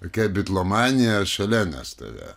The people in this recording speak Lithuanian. jokia bitlomanija ar šalenas tave